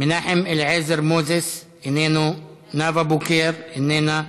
מנחם אליעזר מוזס, איננו, נאוה בוקר, איננה,